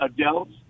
adults